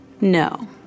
no